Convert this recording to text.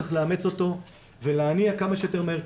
צריך לאמץ אותו ולהניע כמה שיותר מהר,